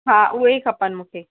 हा उहे ई खपनि मूंखे